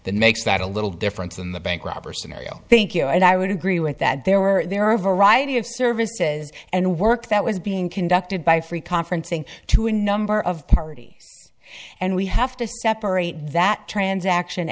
that makes that a little difference in the bank robber scenario think you and i would agree with that there were there are a variety of services and work that was being conducted by free conferencing to a number of parties and we have to separate that transaction